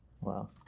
Wow